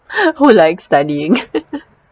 who likes studying